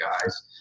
guys